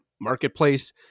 marketplace